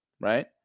right